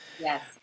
Yes